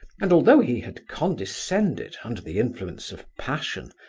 and though he had condescended, under the influence of passion,